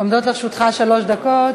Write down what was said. עומדות לרשותך שלוש דקות.